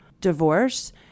divorce